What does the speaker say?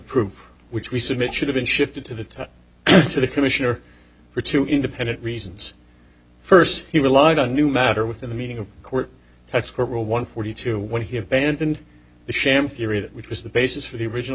proof which we submit should have been shifted to the top to the commissioner for two independent reasons first he relied on new matter within the meaning of court that's court rule one forty two when he abandoned the sham theory that which was the basis for the original